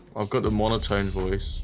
i've got the monotone voice